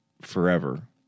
forever